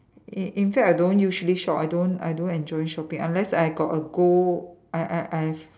in in fact I don't usually shop I don't I don't enjoy shopping unless I got a goal I I I have